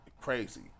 Crazy